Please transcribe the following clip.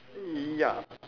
ya